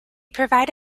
provide